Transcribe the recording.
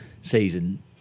season